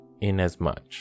inasmuch